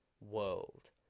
world